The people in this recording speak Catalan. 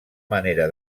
manera